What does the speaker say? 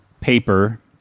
paper